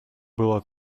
было